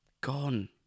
gone